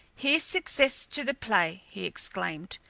here's success to the play, he exclaimed,